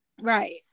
Right